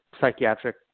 psychiatric